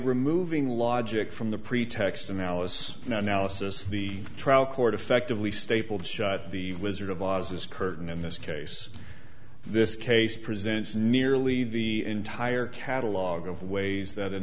removing logic from the pretext analysis not analysis the trial court effectively stapled shut the wizard of oz as curtain in this case this case presents nearly the entire catalogue of ways that an